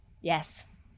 Yes